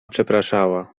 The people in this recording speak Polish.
przepraszała